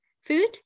food